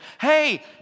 hey